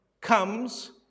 comes